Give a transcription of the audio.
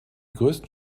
größten